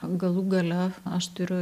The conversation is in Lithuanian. galų gale aš turiu